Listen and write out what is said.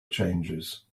changes